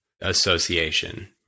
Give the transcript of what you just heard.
association